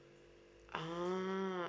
ah